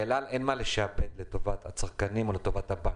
לאל על אין מה לשעבד לטובת הצרכנים או לטובת הבנק.